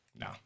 No